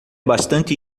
bastante